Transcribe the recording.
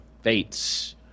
fates